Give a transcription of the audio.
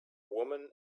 woman